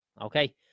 Okay